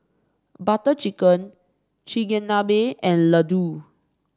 Butter Chicken Chigenabe and Ladoo